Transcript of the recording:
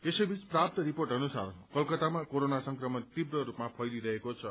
यसै बीच प्राप्त रिपोर्ट अनुसार कलकतामा कोरोना संक्रमण तीव्र रूपमा फैलिरहेको छ